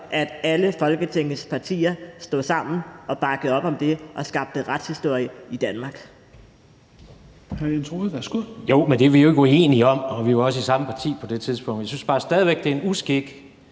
at alle Folketingets partier stod sammen og bakkede op om det og skabte retshistorie i Danmark.